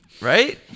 Right